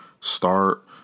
start